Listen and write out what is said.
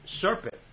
serpent